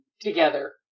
together